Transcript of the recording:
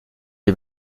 est